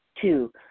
Two